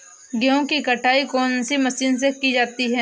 गेहूँ की कटाई कौनसी मशीन से की जाती है?